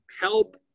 help